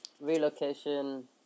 relocation